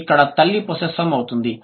ఇక్కడ తల్లి పొస్సెస్సామ్ అవుతుంది